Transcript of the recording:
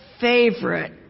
Favorite